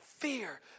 fear